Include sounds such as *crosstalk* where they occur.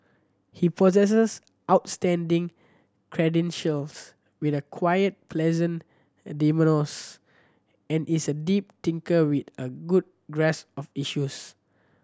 he possesses outstanding credentials with a quiet pleasant *unintelligible* and is a deep thinker with a good grasp of issues